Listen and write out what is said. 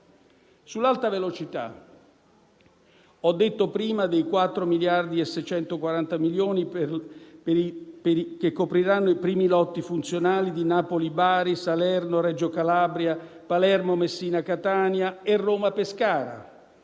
Sull'Alta velocità, ho detto prima dei 4,640 miliardi che copriranno i primi lotti funzionali di Napoli-Bari, Salerno-Reggio Calabria, Palermo-Messina-Catania e Roma-Pescara.